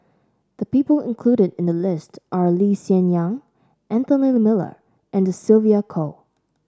the people included in the list are Lee Hsien Yang Anthony Miller and Sylvia Kho